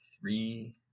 three